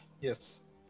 Yes